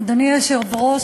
אדוני היושב-ראש,